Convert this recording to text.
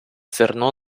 зерно